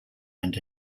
and